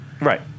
Right